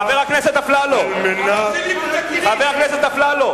חבר הכנסת פיניאן,